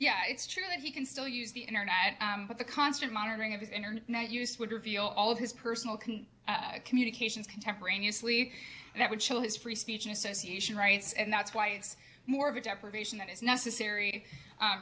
yeah it's true that he can still use the internet but the constant monitoring of his internet use would reveal all of his personal can communications contemporaneously that would chill his free speech in association rights and that's why it's more of a deprivation that is necessary